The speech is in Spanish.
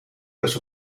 los